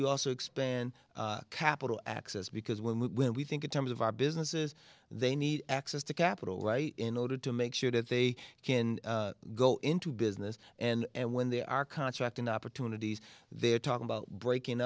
you also expand capital access because when we when we think in terms of our businesses they need access to capital right in order to make sure that they can go into business and when they are contracting opportunities they're talking about breaking